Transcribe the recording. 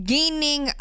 Gaining